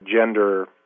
Gender